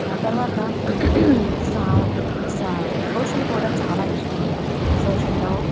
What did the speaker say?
ఆ తరువాత సా సా సోషల్ కూడా చాలా ఇష్టము సోషల్లో